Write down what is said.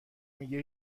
میگه